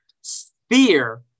sphere